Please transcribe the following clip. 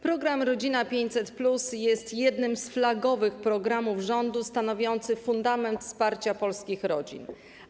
Program „Rodzina 500+” jest jednym z flagowych programów rządu stanowiący fundament wsparcia polskich rodzin.